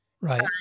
Right